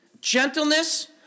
gentleness